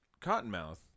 Cottonmouth